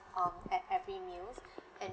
um at every meal and